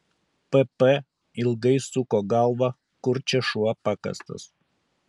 pp ilgai suko galvą kur čia šuo pakastas